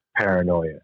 paranoia